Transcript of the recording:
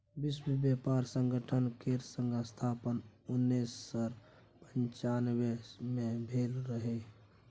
विश्व बेपार संगठन केर स्थापन उन्नैस सय पनचानबे मे भेल रहय